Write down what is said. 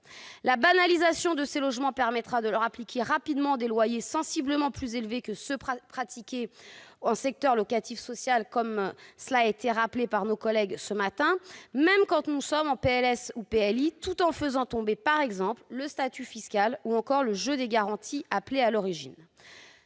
La banalisation de ces logements permettra de leur appliquer rapidement des loyers sensiblement plus élevés que ceux qui sont pratiqués dans le secteur locatif social, comme cela a été rappelé ce matin, même quand il s'agit de PLS ou de PLI, tout en faisant tomber, par exemple, le statut fiscal, ou encore le jeu des garanties appelées à l'origine.